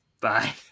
Bye